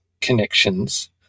connections